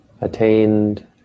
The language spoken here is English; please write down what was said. attained